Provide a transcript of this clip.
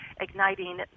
igniting